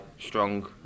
strong